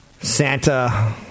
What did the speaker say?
Santa